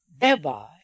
thereby